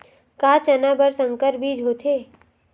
का चना बर संकर बीज होथे?